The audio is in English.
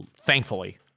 thankfully